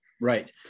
Right